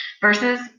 versus